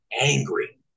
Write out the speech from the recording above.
angry